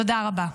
תודה רבה.